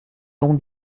tons